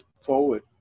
forward